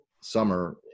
summer